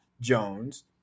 Jones